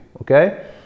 okay